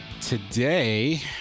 today